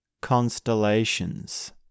constellations